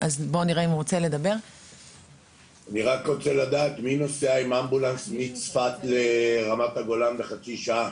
אני רק רוצה לדעת מי נוסע עם אמבולנס מצפת לרמת הגולן בחצי שעה?